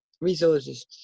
resources